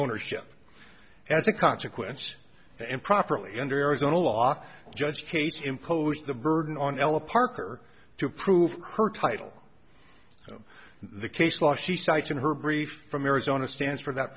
ownership as a consequence improperly under arizona law judge case imposed the burden on ella parker to prove her title so the case law she cites in her brief from arizona stands for that